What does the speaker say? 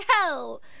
hell